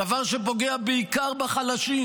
דבר שפוגע בעיקר בחלשים,